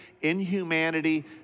inhumanity